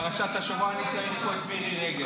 רגע, לפרשת השבוע אני צריך פה את מירי רגב.